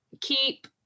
keep